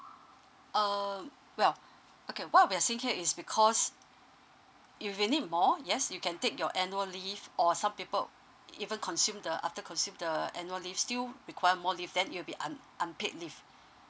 um well okay what we're seeing here is because if you need more yes you can take your annual leave or some people even consume the after conceive the annual leave still require more leave then you'll be un unpaid leave